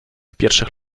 pierwszych